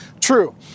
true